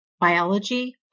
Biology